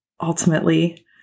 ultimately